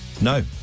No